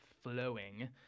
flowing